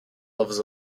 levels